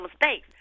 mistakes